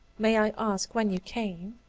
may i ask when you came?